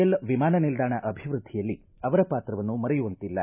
L ವಿಮಾನ ನಿಲ್ದಾಣ ಅಭಿವೃದ್ದಿಯಲ್ಲಿ ಅವರ ಪಾತ್ರವನ್ನು ಮರೆಯುವಂತಿಲ್ಲ